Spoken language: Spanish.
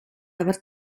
haber